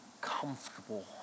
comfortable